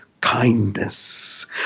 Kindness